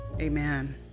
Amen